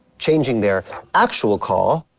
changing their actual call.